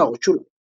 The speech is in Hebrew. == הערות שוליים ==